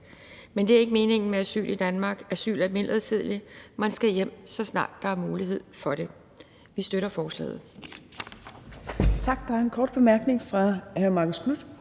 Men det er ikke meningen med asyl i Danmark. Asyl er midlertidigt; man skal hjem, så snart der er mulighed for det. Vi støtter forslaget.